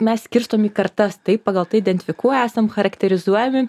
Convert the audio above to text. mes skirstom į kartas taip pagal tai identifikuoja esam charakterizuojami